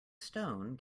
stone